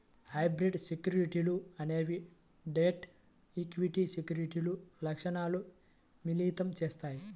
hybrid సెక్యూరిటీలు అనేవి debt, equity సెక్యూరిటీల లక్షణాలను మిళితం చేత్తాయి